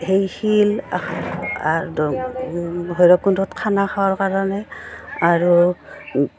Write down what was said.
সেই শিল ভৈৰৱকুণ্ডত খানা খোৱাৰ কাৰণে আৰু